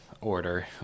order